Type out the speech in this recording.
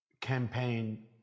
campaign